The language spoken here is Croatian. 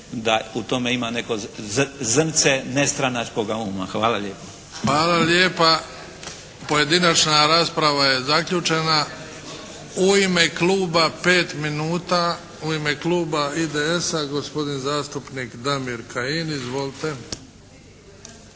da u tome ima neko zrnce nestranačkoga uma. Hvala lijepa. **Bebić, Luka (HDZ)** Hvala lijepa. Pojedinačna rasprava je zaključena. U ime kluba pet minuta. U ime kluba IDS-a gospodin zastupnik Damir Kajin. Izvolite.